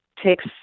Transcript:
takes